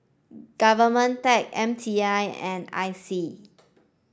government tech M T I and I C